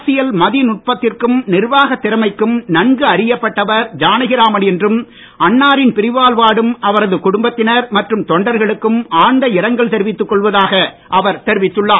அரசியல் மதிநுட்பத்திற்கும் நிர்வாகத் திறமைக்கும் நன்கு அறியப்பட்டவர் ஜானகிராமன் என்றும் அன்னாரின் பிரிவால் வாடும் அவரது குடும்பத்தினர் மற்றும் தொண்டர்களுக்கும் ஆழ்ந்த இரங்கல் தெரிவித்துக் கொள்வதாக அவர் தெரிவித்துள்ளார்